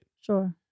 Sure